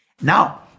Now